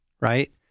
right